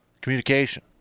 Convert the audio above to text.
Communication